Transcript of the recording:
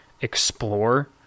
explore